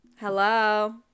Hello